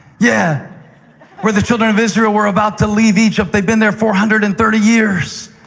yeah where the children of israel were about to leave egypt. they'd been there four hundred and thirty years,